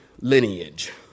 lineage